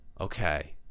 Okay